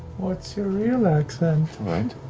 what's your real accent?